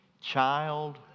child